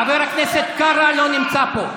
חבר הכנסת קארה לא נמצא פה.